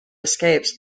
escapes